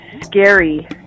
scary